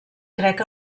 crec